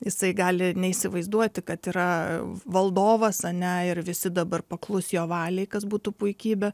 jisai gali neįsivaizduoti kad yra valdovas ane ir visi dabar paklus jo valiai kas būtų puikybė